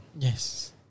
Yes